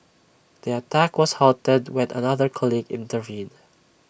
the attack was halted when another colleague intervened